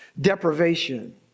deprivation